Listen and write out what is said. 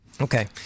Okay